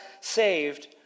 saved